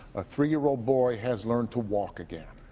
a three year old boy has learned to walk again.